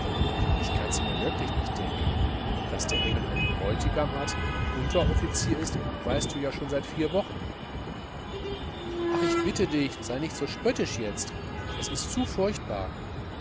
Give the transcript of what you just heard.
ich kann mirs wirklich nicht denken daß der engel einen bräutigam hat der unteroffizier ist weißt du ja schon seit vier wochen ach ich bitte dich sei nicht so spöttisch jetzt es ist zu furchtbar